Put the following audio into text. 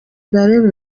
dallaire